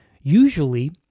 Usually